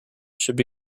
should